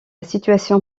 situation